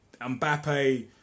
Mbappe